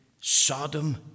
Sodom